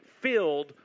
filled